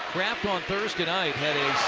craft on thursday night had a